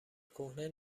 کهنه